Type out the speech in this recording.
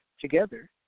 Together